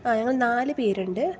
ആ ഞങ്ങൾ നാല് പേരുണ്ട്